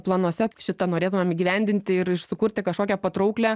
planuose šitą norėtumėm įgyvendinti ir sukurti kažkokią patrauklią